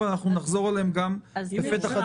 אבל אנחנו נחזור עליהם גם בפתח הדיון